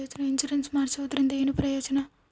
Insurance ಮಾಡ್ಸೋದರಿಂದ ಏನು ಪ್ರಯೋಜನ?